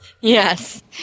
Yes